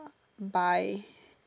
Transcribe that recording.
buy